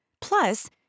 Plus